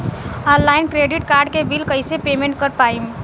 Online credit card के bill कइसे payment कर पाएम?